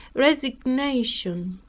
resignation,